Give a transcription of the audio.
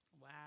Wow